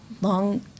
long